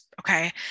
okay